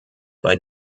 bei